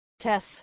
Tess